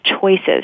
choices